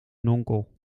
nonkel